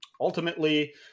ultimately